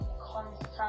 constant